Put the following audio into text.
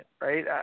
right